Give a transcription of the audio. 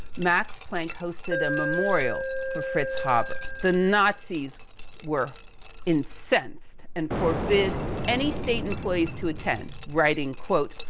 max planck hosted a memorial, for fritz haber. the nazis were incensed, and forbid any state employees to attend. writing, quote,